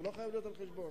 זה לא חייב להיות על חשבון.